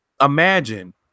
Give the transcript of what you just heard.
imagine